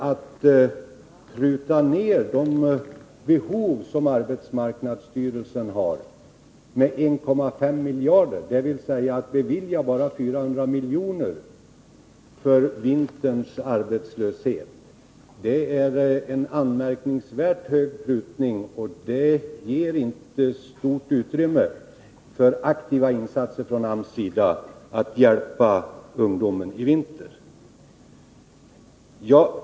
Att pruta ned på de behov som arbetsmarknadsstyrelsen har med 1,5 miljarder — dvs. att bevilja bara 400 miljoner för vinterns arbetslöshet — är en anmärkningsvärt stor prutning, och det ger inte stort utrymme för aktiva insatser från AMS sida då det gäller att hjälpa ungdomen i vinter.